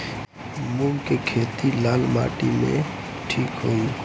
मूंग के खेती लाल माटी मे ठिक होई?